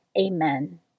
Amen